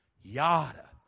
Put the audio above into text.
Yada